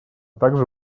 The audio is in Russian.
также